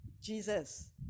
Jesus